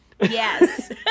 Yes